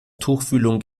tuchfühlung